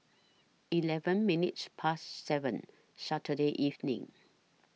eleven minutes Past seven Saturday evening